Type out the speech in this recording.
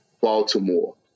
Baltimore